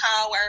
power